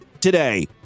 today